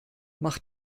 mach